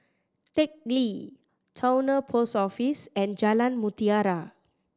Teck Lee Towner Post Office and Jalan Mutiara